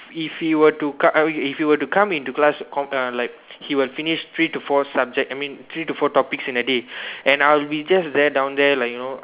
if you were to come I mean if you would come into class con~ like he will finish three to four subject I mean three to four topics in a day and I would be just there down there like you know